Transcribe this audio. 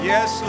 Yes